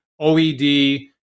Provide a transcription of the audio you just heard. oed